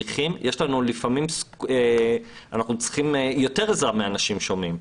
לפעמים אנחנו צריכים יותר עזרה מאנשים שומעים.